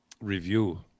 review